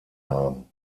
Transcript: haben